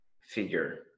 figure